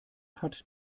hat